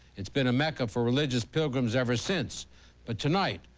it's been a mecca for religious pilgrims ever since but tonight,